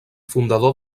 fundador